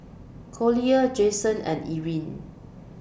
Collier Jayson and Erin